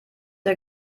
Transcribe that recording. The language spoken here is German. der